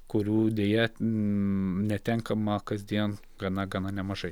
kurių deja netenkama kasdien gana gana nemažai